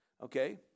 Okay